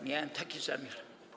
Miałem taki zamiar.